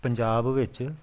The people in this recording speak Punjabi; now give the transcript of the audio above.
ਪੰਜਾਬ ਵਿੱਚ